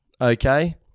Okay